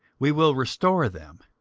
we will restore them,